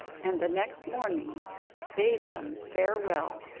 and the next morning bade them farewell,